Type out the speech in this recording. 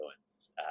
influence